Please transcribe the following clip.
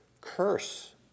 curse